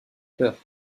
peur